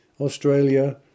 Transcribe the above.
Australia